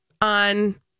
on